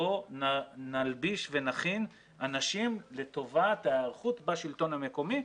בואו נלביש ונכין אנשים לטובת ההיערכות בשלטון המקומי,